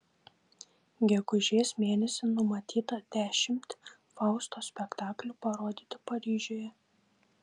gegužės mėnesį numatyta dešimt fausto spektaklių parodyti paryžiuje